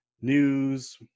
news